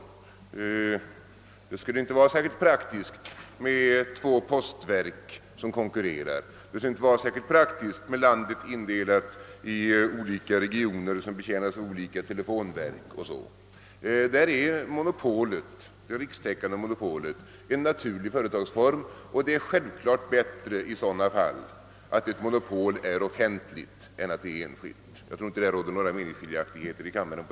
Exempelvis skulle det inte vara särskilt praktiskt att ha två postverk som konkurrerade eller att ha landet indelat i olika regioner som betjänades av olika telefonverk. Därvidlag är det rikstäckande monopolet en naturlig företagsform, och det är självfallet i sådana fall bättre att monopolet är offentligt än att det är enskilt. På den punkten tror jag inte att det råder några meningsskiljaktigheter i kammaren.